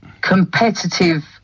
competitive